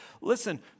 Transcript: Listen